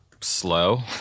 slow